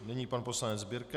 Nyní pan poslanec Birke.